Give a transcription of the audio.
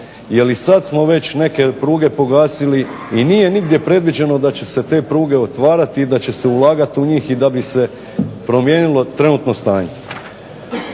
jer i sada smo neke pruge već pogasili i nije nigdje predviđeno da će se te pruge otvarati i da će se ulagati u njih i da bi se promijenilo trenutno stanje.